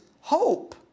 hope